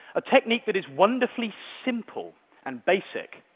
a technique that is wonderfully simple and basic,